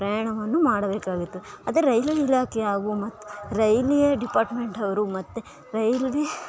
ಪ್ರಯಾಣವನ್ನು ಮಾಡಬೇಕಾಗುತ್ತೆ ಅದೇ ರೈಲು ಇಲಾಖೆ ಹಾಗೂ ಮತ್ತು ರೈಲ್ವೆ ಡಿಪಾರ್ಟ್ಮೆಂಟ್ ಅವರು ಮತ್ತು ರೈಲ್ವೆ